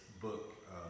book